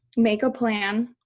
make a plan.